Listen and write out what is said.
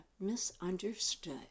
misunderstood